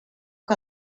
que